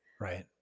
Right